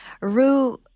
Rue